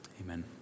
Amen